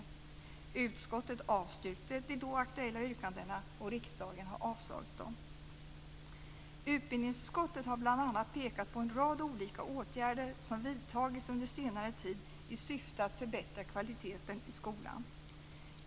Utskottet avstyrkte de då aktuella yrkandena, och riksdagen har avslagit dem. Utbildningsutskottet har bl.a. pekat på en rad olika åtgärder som har vidtagits under senare tid i syfte att förbättra kvaliteten i skolan.